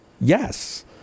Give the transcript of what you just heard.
Yes